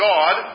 God